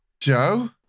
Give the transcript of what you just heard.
Joe